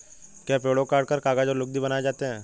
क्या पेड़ों को काटकर कागज व लुगदी बनाए जाते हैं?